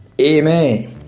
Amen